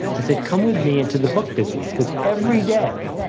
i said, come with me into the book business. because every day,